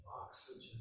oxygen